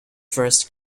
first